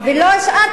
ולא את,